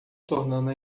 tornando